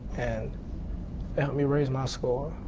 and it helped me raise my score.